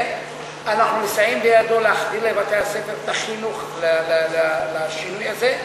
אנחנו מסייעים בידו להחדיר לבתי-הספר את החינוך לשינוי הזה.